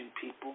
people